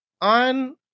on